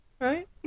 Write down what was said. right